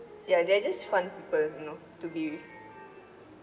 ya they're just fun people you know to be with